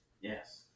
yes